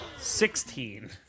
Sixteen